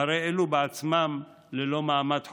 שהרי אלו בעצמם ללא מעמד חוקי.